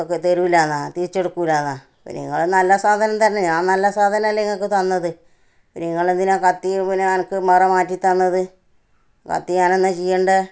okay തരൂല്ലന്നോ തിരിച്ചെടുക്കൂല്ലന്നോ പിന്നെ ഇങ്ങൾ നല്ല സാധനം തരണേ ഞാൻ നല്ല സാധനമല്ലേ ഇങ്ങൾക്ക് തന്നത് പിന്നെ ഇങ്ങളെന്തിനാണ് കത്തി പിന്നെ അനക്ക് വേറെ മാറ്റി തന്നത് കത്തി ഞാൻ എന്നാ ചെയ്യേണ്ടത്